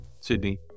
Sydney